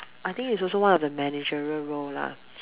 I think it's also one of the managerial role lah